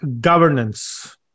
governance